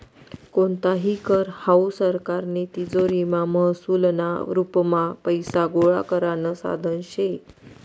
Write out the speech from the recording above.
कोणताही कर हावू सरकारनी तिजोरीमा महसूलना रुपमा पैसा गोळा करानं साधन शे